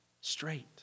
straight